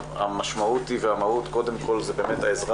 כשהמשמעות היא והמהות קודם כל זה באמת העזרה